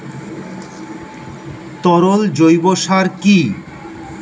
তরল জৈব সার কি?